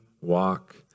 walk